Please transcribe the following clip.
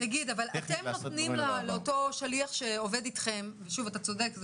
--- אתם נותנים לאותו שליח שעובד איתכם אתה צודק,